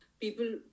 people